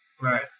Right